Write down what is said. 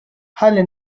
ħalli